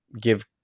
give